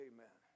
Amen